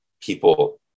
people